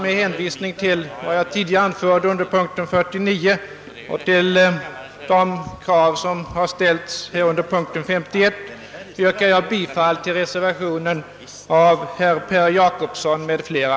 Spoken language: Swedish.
Med hänvisning till vad jag tidigare anfört under punkten 49 och till de krav som har ställts under punkten 51 yrkar jag bifall till reservationen 5 av herr Per Jacobsson m.fl.